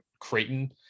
Creighton